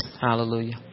Hallelujah